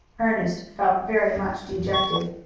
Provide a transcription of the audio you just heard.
ernest felt very much dejected.